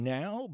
now